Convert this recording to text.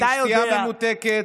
שתייה ממותקת,